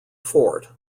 fort